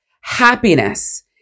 happiness